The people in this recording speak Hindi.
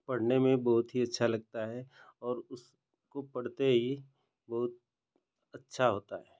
जिसे पढ़ने में बहुत ही अच्छा लगता है और उसको पढ़ते ही बहुत अच्छा होता है